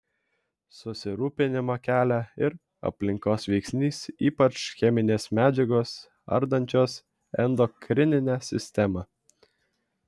susirūpinimą kelia ir aplinkos veiksnys ypač cheminės medžiagos ardančios endokrininę sistemą